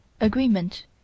Agreement